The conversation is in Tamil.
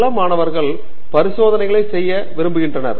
சில மாணவர்கள் பரிசோதனைகள் செய்யப்படுகின்றனர்